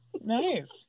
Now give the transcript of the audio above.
Nice